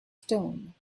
stone